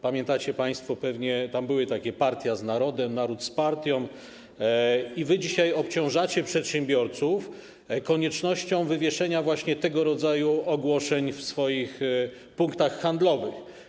Pamiętacie państwo pewnie, tam były takie: Partia z narodem, naród z partią i wy dzisiaj obciążacie przedsiębiorców koniecznością wywieszenia właśnie tego rodzaju ogłoszeń w swoich punktach handlowych.